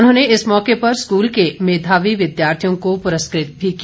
उन्होंने इस मौके पर स्कूल के मेघावी विद्यार्थियों को पुरस्कृत भी किया